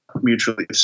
mutually